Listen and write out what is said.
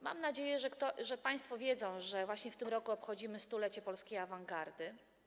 Mam nadzieję, że państwo wiedzą, że właśnie w tym roku obchodzimy 100-lecie polskiej awangardy.